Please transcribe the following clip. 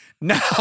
Now